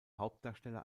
hauptdarsteller